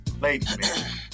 Ladies